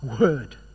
Word